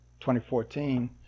2014